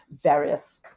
various